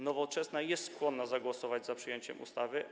Nowoczesna jest skłonna zagłosować za przyjęciem ustawy.